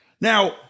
Now